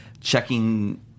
checking